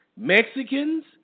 Mexicans